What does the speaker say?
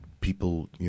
people